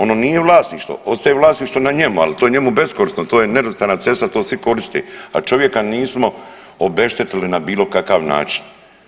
Ono nije vlasništvo, ostaje vlasništvo na njemu ali to je njemu beskorisno, to je nerazvrstana cesta to svi koriste, a čovjeka nismo obeštetili na bilo kakav način.